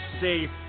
safe